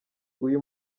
uyu